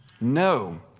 No